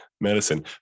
medicine